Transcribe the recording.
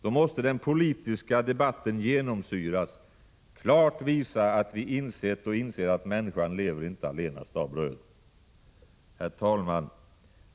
Då måste den politiska debatten genomsyras, klart visa att vi insett och inser att människan lever inte allenast av bröd. Herr talman!